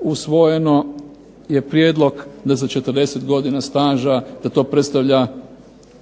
usvojeno je prijedlog da za 40 godina staža, da to predstavlja